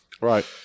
Right